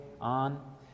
on